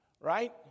Right